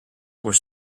were